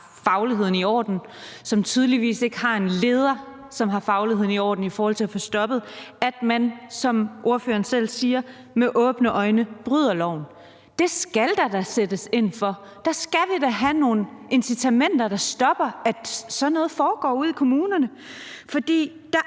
fagligheden i orden, og som tydeligvis ikke har en leder, som har fagligheden i orden i forhold til at få stoppet, at man, som ordføreren selv siger, med åbne øjne bryder loven. Det skal der da sættes ind over for. Der skal vi have nogle incitamenter, der stopper, at sådan noget foregår ude i kommunerne. For der